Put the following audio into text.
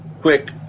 quick